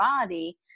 body